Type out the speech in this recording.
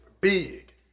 big